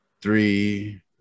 three